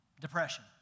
depression